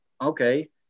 okay